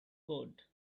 codes